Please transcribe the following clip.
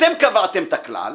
אתם קבעתם את הכלל,